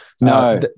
No